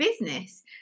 business